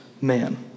man